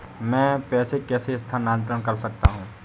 मैं पैसे कैसे स्थानांतरण कर सकता हूँ?